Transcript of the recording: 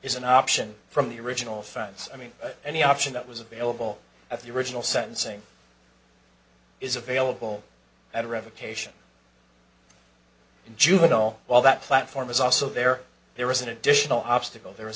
is an option from the original friends i mean any option that was available at the original sentencing is available and revocation in juvenile hall that platform is also there there is an additional obstacle there